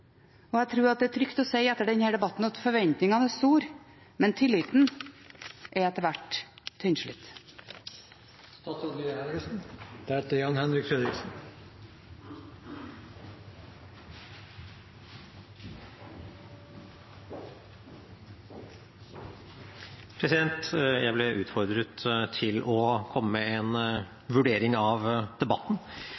og jeg tror det er trygt å si at etter denne debatten er forventningene store, men tilliten er etter hvert tynnslitt. Jeg ble utfordret til å komme med en